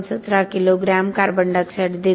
17 kilogram CO2 देते